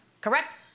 correct